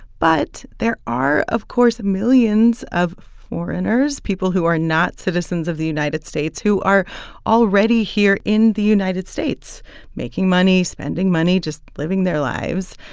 but there are, of course, millions of foreigners, people who are not citizens of the united states, who are already here in the united states making money, spending money, just living their lives.